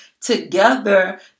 together